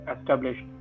established